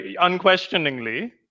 unquestioningly